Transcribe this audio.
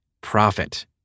profit